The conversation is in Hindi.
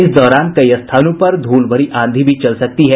इस दौरान कई स्थानों पर धूल भरी आंधी भी चल सकती है